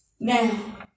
Now